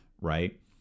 Right